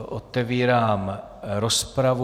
Otevírám rozpravu.